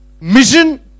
mission